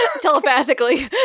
Telepathically